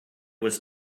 was